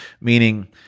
meaning